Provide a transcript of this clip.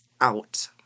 out